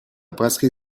brasserie